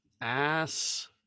Ass